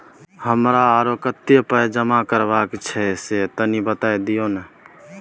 हमरा आरो कत्ते पाई जमा करबा के छै से तनी बता दिय न?